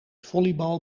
volleybal